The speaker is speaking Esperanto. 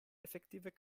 efektive